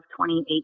2018